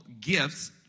gifts